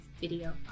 video